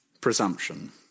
Presumption